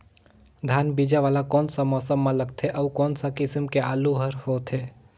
धान बीजा वाला कोन सा मौसम म लगथे अउ कोन सा किसम के आलू हर होथे?